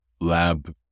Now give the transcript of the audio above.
lab